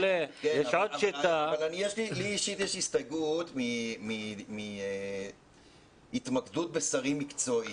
לי אישית יש הסתייגות מהתמקדות בשרים מקצועיים,